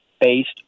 Based